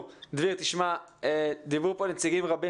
במסגרת התכנית הממשלתית הוא רלוונטי גם לעולם התרבות,